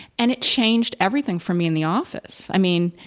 and it changed everything for me in the office. i mean,